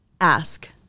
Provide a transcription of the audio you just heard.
Ask